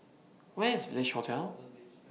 Where IS Village Hotel